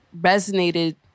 resonated